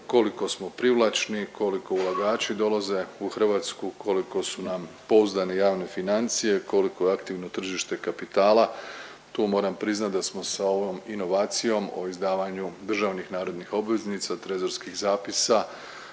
koliko smo privlačni, koliko ulagači dolaze u Hrvatsku, koliko su nam pouzdane javne financije, koliko je aktivno tržište kapitala. Tu moram priznat da smo sa ovom inovacijom o izdavanju državnih narodnih obveznica, trezorskih zapisa